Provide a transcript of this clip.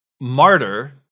martyr